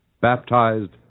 baptized